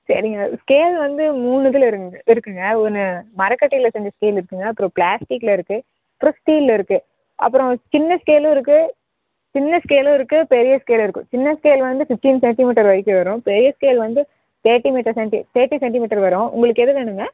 சரிங்க ஸ்கேல் வந்து மூணு இதில் இருங்குது இருக்குதுங்க ஒன்று மரக்கட்டையில் செஞ்ச ஸ்கேல் இருக்குதுங்க அப்புறம் ப்ளாஸ்டிகில் இருக்குது அப்புறம் ஸ்டீலில் இருக்குது அப்புறம் சின்ன ஸ்கேலும் இருக்குது சின்ன ஸ்கேலும் இருக்குது பெரிய ஸ்கேலும் இருக்குது சின்ன ஸ்கேல் வந்து ஃபிஃப்டீன் சென்டிமீட்டர் வரைக்கும் வரும் பெரிய ஸ்கேல் வந்து thirty metre cent thirty centimetre வரும் உங்களுக்கு எது வேணுமுங்க